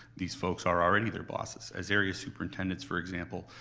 these folks are already their bosses, as area superintendents, for example,